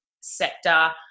sector